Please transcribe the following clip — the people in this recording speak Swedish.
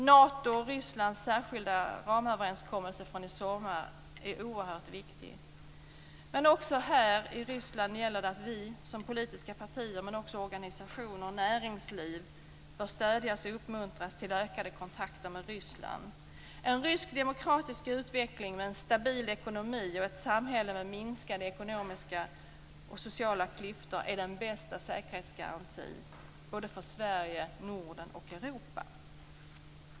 Natos och Rysslands särskilda ramöverenskommelse från i somras är oerhört viktig. Det gäller att vi som politiska partier, men också organisationer och näringsliv, stöds och uppmuntras till ökade kontakter med Ryssland. En rysk demokratisk utveckling med en stabil ekonomi och ett samhälle med minskade ekonomiska och sociala klyftor är den bästa säkerhetsgarantin både för Sverige, Norden och Europa.